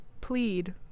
plead